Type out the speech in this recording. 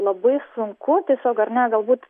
labai sunku tiesiog ar ne galbūt